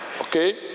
Okay